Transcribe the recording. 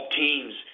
teams